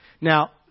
Now